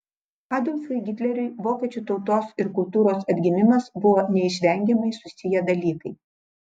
adolfui hitleriui vokiečių tautos ir kultūros atgimimas buvo neišvengiamai susiję dalykai